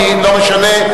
אני לא משנה,